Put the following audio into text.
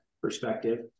perspective